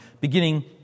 beginning